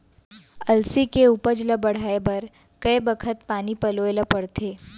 अलसी के उपज ला बढ़ए बर कय बखत पानी पलोय ल पड़थे?